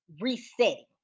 resetting